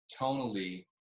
tonally